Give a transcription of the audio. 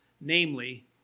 namely